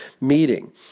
meeting